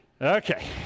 Okay